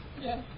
Yes